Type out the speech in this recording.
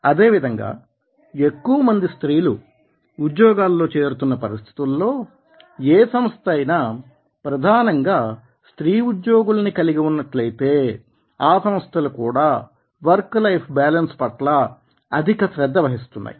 అదేవిధంగా ఎక్కువమంది స్త్రీలు ఉద్యోగాలలో చేరుతున్న పరిస్థితులలో ఏ సంస్థ అయినా ప్రధానంగా స్త్రీ ఉద్యోగులని కలిగి ఉన్నట్లయితే ఆ సంస్థలు కూడా వర్క్ లైఫ్ బ్యాలెన్స్ పట్ల అధిక శ్రద్ధ వహిస్తున్నాయి